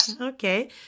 okay